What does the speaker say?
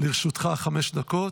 בבקשה, לרשותך חמש דקות.